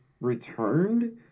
returned